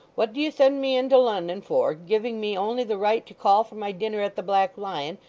what do you send me into london for, giving me only the right to call for my dinner at the black lion,